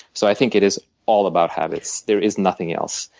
so i think it is all about habits. there is nothing else.